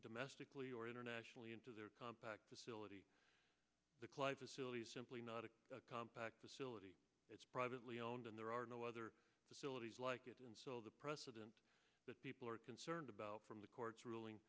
domestically or internationally into their compact facility the clyde facility simply not a compact facility it's privately owned and there are no other facilities like it and so the precedent that people are concerned about from the court's ruling